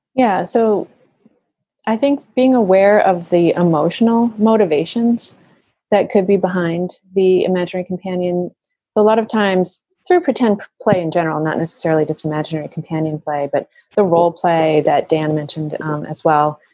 yeah, so i think being aware of the emotional motivations that could be behind the imagery companion a lot of times through pretend play in general, not necessarily just imaginary companion play, but the role play that dan mentioned as well.